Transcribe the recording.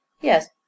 Yes